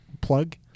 plug